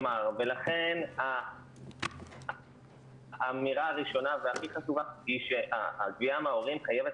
ולכן האמירה הראשונה והכי חשובה היא שהגבייה מההורים חייבת